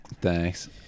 Thanks